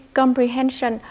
comprehension